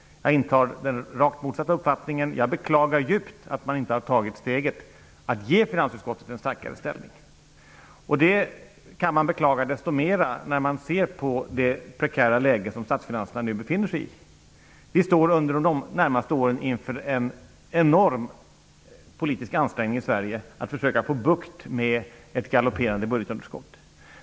Jag intar den rakt motsatta uppfattningen. Jag beklagar djupt att man inte har tagit steget att ge finansutskottet en starkare ställning. Det går att beklaga desto mer med tanke på det prekära läge som statsfinanserna nu befinner sig i. Under de närmaste åren står vi i Sverige inför en enorm politisk ansträngning för att försöka få bukt med ett galopperande budgetunderskott.